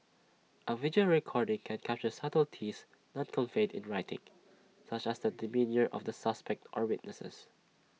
A video recording can capture subtleties not conveyed in writing such as the demeanour of the suspect or witnesses